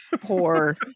poor